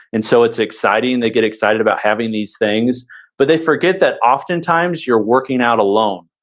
and so it's exciting. they get excited about having these things but they forget that oftentimes you're working out alone.